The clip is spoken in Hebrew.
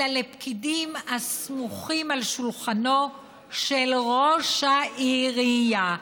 אלא לפקידים הסמוכים על שולחנו של ראש העירייה.